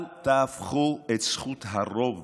אל תהפכו את זכות הרוב